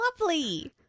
lovely